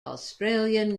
australian